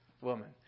woman